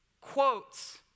quotes